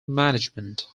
management